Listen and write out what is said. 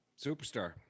Superstar